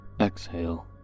exhale